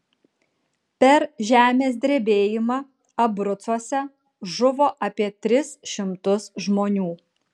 per žemės drebėjimą abrucuose žuvo apie tris šimtus žmonių